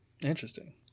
Interesting